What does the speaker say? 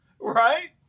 right